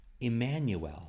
Emmanuel